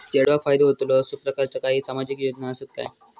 चेडवाक फायदो होतलो असो प्रकारचा काही सामाजिक योजना असात काय?